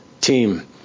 team